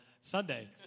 Sunday